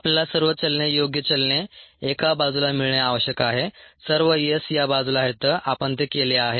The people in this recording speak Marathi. आपल्याला सर्व चलने योग्य चलने एका बाजूला मिळणे आवश्यक आहे सर्व s या बाजूला आहेत आपण ते केले आहे